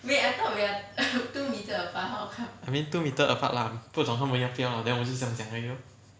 I mean two metre apart 不懂他们要不要 lah then 我就这样讲而已 lor